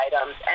items